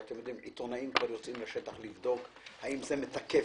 עיתונאים כבר יוצאים לשטח לבדוק האם זה מתקף,